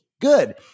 good